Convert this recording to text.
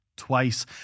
Twice